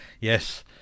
yes